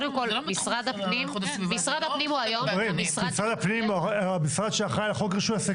משרד הפנים הוא המשרד שאחראי על חוק רישוי עסקים.